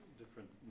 different